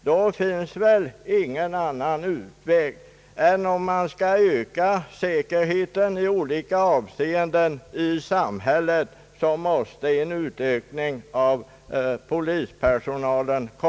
Det finns väl ingen annan utväg — om man skall öka säkerheten i samhället i olika avseenden — än att utöka polispersonalen.